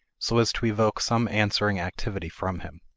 so as to evoke some answering activity from him.